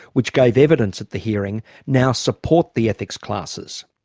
which gave evidence at the hearing, now support the ethics classes,